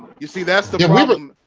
you see that's the problem